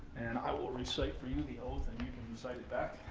and i will recite for you the oath, and you can recite it back.